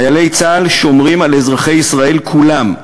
חיילי צה"ל שומרים על אזרחי ישראל כולם,